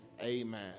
Amen